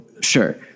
Sure